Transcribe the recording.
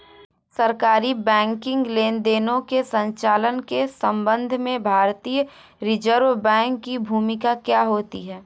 सरकारी बैंकिंग लेनदेनों के संचालन के संबंध में भारतीय रिज़र्व बैंक की भूमिका क्या होती है?